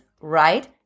right